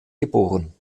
geboren